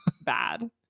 bad